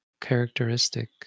characteristic